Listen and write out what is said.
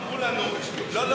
אמרו לנו: לא,